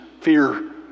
fear